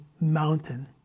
mountain